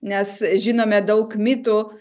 nes žinome daug mitų